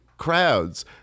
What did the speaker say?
Crowds